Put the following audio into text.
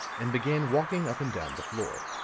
and began walking up and down the floor.